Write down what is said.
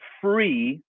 free